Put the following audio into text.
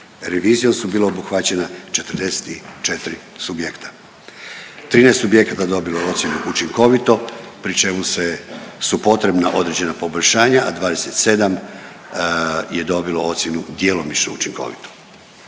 Revizijom su bila obuhvaćena 44 subjekta. 13 subjekata je dobilo ocjenu učinkovito pri čemu su potrebna određena poboljšanja a 27 je dobilo ocjenu djelomično učinkovito.